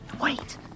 wait